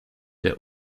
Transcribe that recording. der